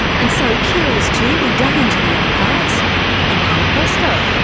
and so, curious too, we dug into the archives and hey presto.